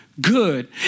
good